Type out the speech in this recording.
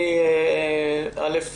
א',